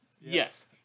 Yes